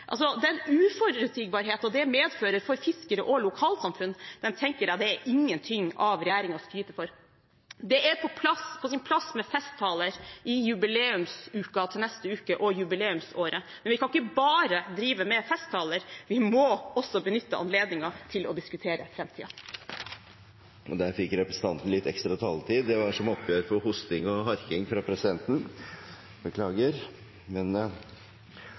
Den uforutsigbarheten det medfører for fiskere og lokalsamfunn, tenker jeg ikke er noe for regjeringen å skryte av. Det er på sin plass med festtaler i jubileumsuken til neste uke og i jubileumsåret, men vi kan ikke bare drive med festtaler, vi må også benytte anledningen til å diskutere framtiden. Der fikk representanten litt ekstra taletid, det var som oppgjør for hosting og harking fra presidenten. Beklager,